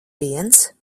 viens